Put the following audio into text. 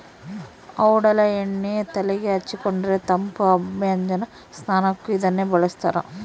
ಔಡಲ ಎಣ್ಣೆ ತೆಲೆಗೆ ಹಚ್ಚಿಕೊಂಡರೆ ತಂಪು ಅಭ್ಯಂಜನ ಸ್ನಾನಕ್ಕೂ ಇದನ್ನೇ ಬಳಸ್ತಾರ